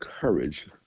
courage